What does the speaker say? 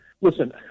Listen